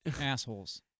assholes